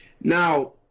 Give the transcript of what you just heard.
Now